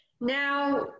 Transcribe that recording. Now